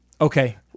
Okay